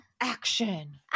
Action